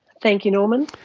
thank you, norman.